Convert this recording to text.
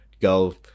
go